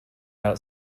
out